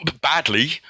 Badly